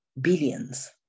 billions